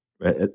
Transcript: right